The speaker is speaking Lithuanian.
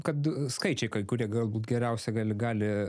kad skaičiai kai kurie galbūt geriausia gali gali